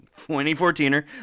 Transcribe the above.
2014er